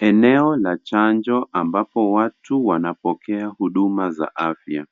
Eneo la chanjo ambapo watu wanapokea huduma za afya.